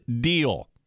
deal